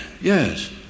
yes